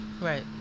Right